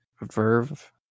Verve